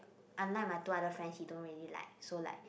unlike my two other friend he don't really like so like